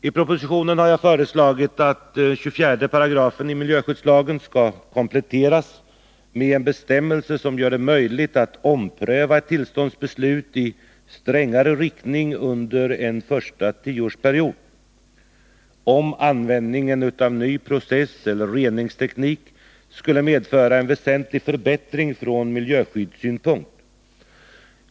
I propositionen har jag föreslagit att 24§ i miljöskyddslagen skall kompletteras med en bestämmelse som gör det möjligt att ompröva ett tillståndsbeslut i strängare riktning under en första tioårsperiod, om användningen av ny processeller reningsteknik skulle medföra en väsentlig förbättring från miljöskyddssynpunkt.